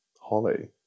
holly